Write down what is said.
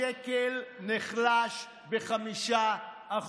השקל נחלש ב-5%.